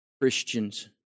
Christians